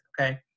Okay